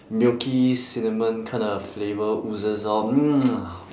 milky cinnamon kinda flavour oozes out